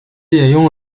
沿用